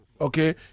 okay